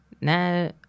Now